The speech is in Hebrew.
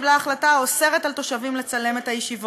באיזו סלסילת פירות בשדה-התעופה.